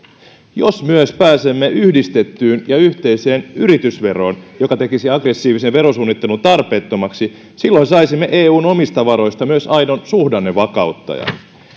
jos myös pääsisimme yhdistettyyn ja yhteiseen yritysveroon joka tekisi aggressiivisen verosuunnittelun tarpeettomaksi silloin saisimme eun omista varoista myös aidon suhdannevakauttajan